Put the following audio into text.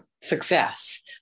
success